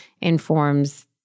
informs